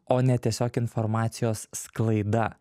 o ne tiesiog informacijos sklaida